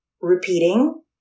repeating